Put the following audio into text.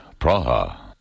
Praha